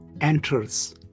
enters